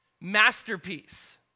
masterpiece